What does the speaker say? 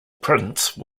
prince